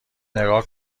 نگاه